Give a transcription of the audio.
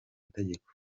amategeko